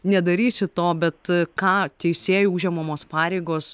nedarysiu to bet ką teisėjų užimamos pareigos